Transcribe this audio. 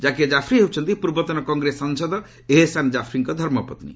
ଜାକିଆ ଜାଫ୍ରି ହେଉଛନ୍ତି ପୂର୍ବତନ କଂଗ୍ରେସ ସାଂସଦ ଏହେସାନ୍ ଜାଫ୍ରିଙ୍କ ଧର୍ମପନ୍ୀ